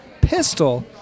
pistol